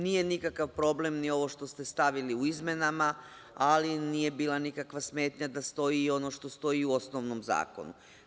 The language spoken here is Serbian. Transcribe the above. Nije nikakav problem ni ovo što ste stavili u izmenama, ali nije bila nikakva smetnja da stoji ono što stoji u osnovnom zakonu.